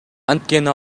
анткени